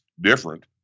different